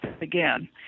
again